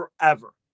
forever